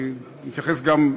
אני מתייחס גם,